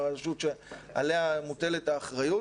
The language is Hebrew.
הרשות שעליה מוטלת האחריות.